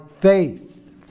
faith